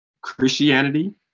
Christianity